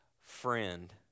friend